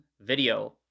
video